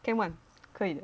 can one 以的